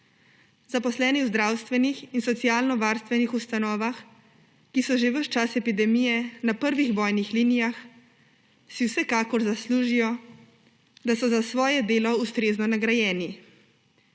Zaposleni v zdravstvenih in socialnovarstvenih ustanovah, ki so že ves čas epidemije na prvih bojnih linijah, si vsekakor zaslužijo, da so za svoje delo ustrezno nagrajeni.